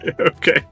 Okay